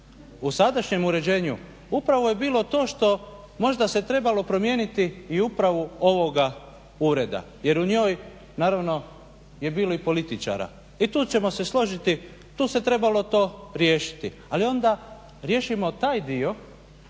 u sadašnjem uređenju upravo je bilo to što možda se trebalo promijeniti i upravu ovoga ureda, jer u njoj naravno je bilo i političara. I tu ćemo se složiti, tu se trebalo to riješiti. Ali onda riješimo taj dio